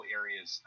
areas